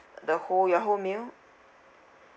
the whole your whole meal